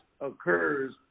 occurs